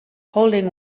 holding